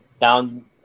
down